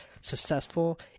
successful